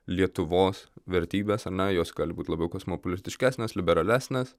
lietuvos vertybės ar ne jos gali būti labiau kosmopolitiškesnės liberalesnės